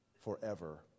forever